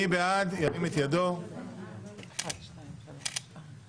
מי בעד ההצעה שהקראתי?